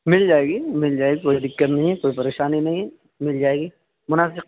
مل جائے گی مل جائے گی کوئی دقت نہیں ہے کوئی پریشانی نہیں ہے مل جائے گی مناسب